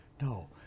No